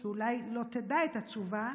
כי אולי לא תדע את התשובה.